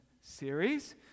series